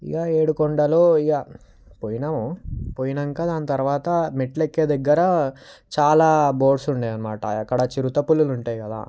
ఇగ ఏడుకొండలు ఇక పోయాము పోయాక దాని తరువాత మెట్లెక్కే దగ్గర చాలా బోర్డ్స్ ఉండేవన్నమాట అక్కడ చిరుత పులులు ఉంటాయి కదా